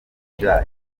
jean